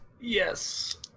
Yes